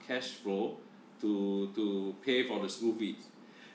cash flow to to pay for the school fees